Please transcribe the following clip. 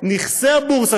נכסי הבורסה,